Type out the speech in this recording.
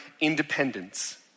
independence